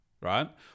right